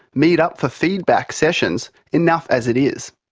meet up for feedback sessions enough as it is.